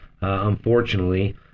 unfortunately